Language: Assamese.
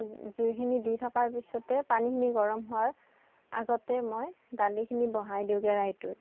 জুইখিনি দি থকাৰ পিছতে পানীখিনি গৰম হোৱাৰ আগতে মই দালিখিনি বহাই দিওঁ কেৰাহীটোত